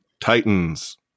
Titans